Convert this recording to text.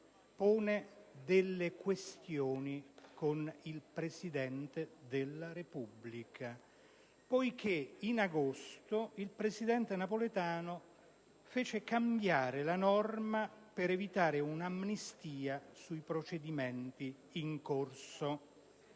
solleva delle questioni con il Presidente della Repubblica, poiché nel mese di agosto il presidente Napolitano fece cambiare la norma per evitare un'amnistia su procedimenti in corso.